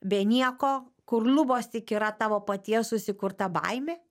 be nieko kur lubos tik yra tavo paties susikurta baimė